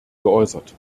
geäußert